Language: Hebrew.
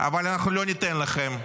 אבל אנחנו לא ניתן לכם.